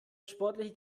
sportliche